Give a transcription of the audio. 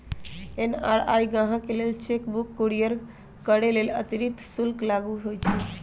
NRI गाहकके लेल cheque book courier करय लेल अतिरिक्त शुल्क लागू होइ छइ